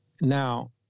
Now